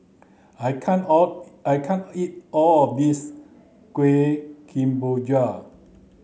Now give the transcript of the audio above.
I can't all I can't eat all of this Kuih Kemboja